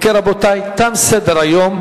חמישה בעד,